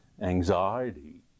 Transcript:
anxiety